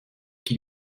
qui